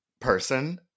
person